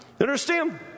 Understand